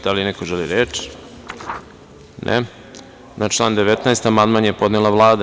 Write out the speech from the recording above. Da li neko želi reč? (Ne) Na član 19. amandman je podnela Vlada.